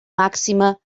màxima